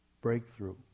breakthrough